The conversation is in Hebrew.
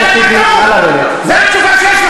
זמנך תם, חבר הכנסת.